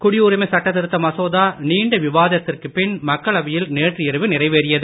குடியுரிமை சட்ட திருத்த மசோதா நீண்ட விவாதத்திற்கு பின் மக்களவையில் நேற்று இரவு நிறைவேறியது